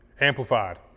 Amplified